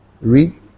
Read